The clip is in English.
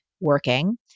working